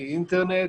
מאינטרנט,